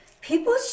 people